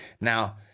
Now